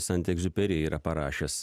sant egziuperi yra parašęs